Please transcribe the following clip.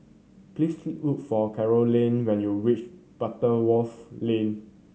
please look for Carolann when you reach Butterworth Lane